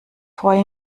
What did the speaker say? freue